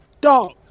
Dog